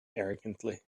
arrogantly